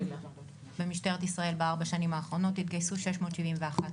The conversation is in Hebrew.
במשטרת ישראל ב-4 השנים האחרונות התגייסו 671